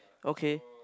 okay